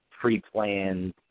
pre-planned